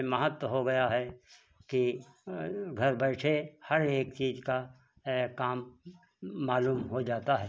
महत्व हो गया है कि घर बैठे हर एक चीज़ का काम मालूम हो जाता है